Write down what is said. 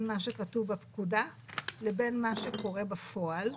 מה שכתוב בפקודה לבין מה שקורה בפועל?